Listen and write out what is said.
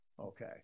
Okay